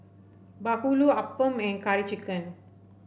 bahulu appam and Curry Chicken